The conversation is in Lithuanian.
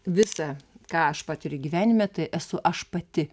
visa ką aš patiriu gyvenime tai esu aš pati